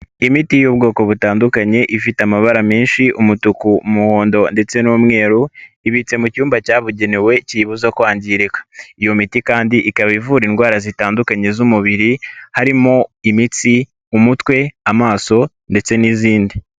Imiti y'ubwoko butandukanye, ifite amabara menshi, umutuku, umuhondo ndetse n'umweru, ibitse mu cyumba cyabugenewe kiyibuza kwangirika. Iyo miti kandi ikaba ivura indwara zitandukanye z'umubiri, harimo imitsi, umutwe, amaso ndetse n'izindi.